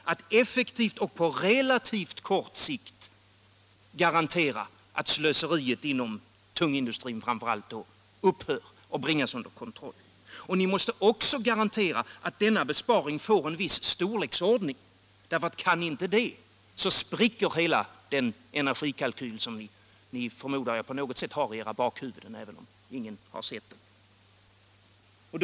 Ni måste effektivt och på relativt kort sikt garantera att slöseriet, framför allt inom tungindustrin, bringas under kontroll och upphör. Ni måste också garantera att denna besparing får en viss storleksordning, för kan ni inte det så spricker hela den energikalkyl som ni, förmodar jag, på något sätt har i era bakhuvuden, även om ingen har sett den.